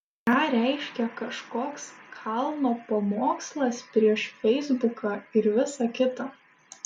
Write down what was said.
ką reiškia kažkoks kalno pamokslas prieš feisbuką ir visa kita